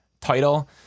title